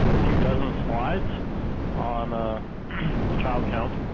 few dozen slides on the child count.